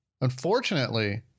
Unfortunately